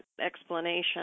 explanation